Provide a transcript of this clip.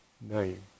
name